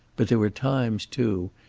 but there were times, too,